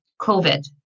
COVID